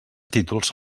títols